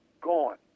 gone